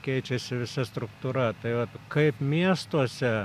keičiasi visa struktūra tai vat kaip miestuose